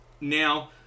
Now